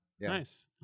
Nice